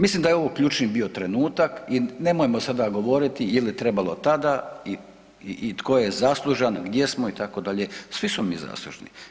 Mislim da je ovo ključni bio trenutak i nemojmo sada govoriti je li trebalo tada i tko je zaslužan, gdje smo itd., svi smo mi zaslužni.